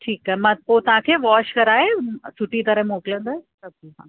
ठीकु आहे मां पोइ तव्हांखे वॉश कराए सुठी तरह मोकिलींदसि हा